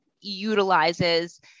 utilizes